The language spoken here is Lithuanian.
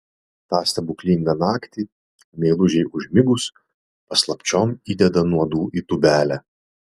tą stebuklingą naktį meilužei užmigus paslapčiom įdeda nuodų į tūbelę